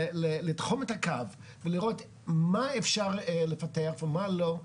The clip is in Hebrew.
לתחום את הקו ולראות מה אפשר לפתח ומה לא,